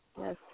Yes